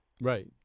Right